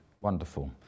Wonderful